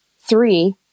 Three